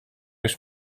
już